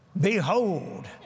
Behold